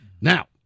Now